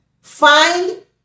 Find